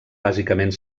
bàsicament